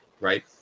right